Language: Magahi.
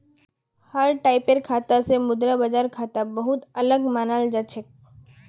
हर टाइपेर खाता स मुद्रा बाजार खाता बहु त अलग मानाल जा छेक